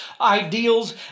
ideals